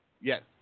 Yes